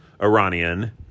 Iranian